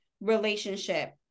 relationship